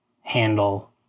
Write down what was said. handle